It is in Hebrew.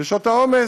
בשעות העומס.